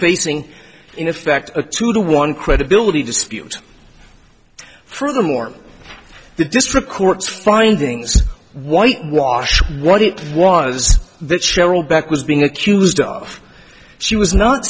basing in effect a two to one credibility dispute furthermore the district court's findings whitewash what it was that cheryl beck was being accused of she was not